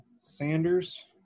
sanders